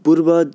पूर्व